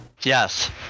Yes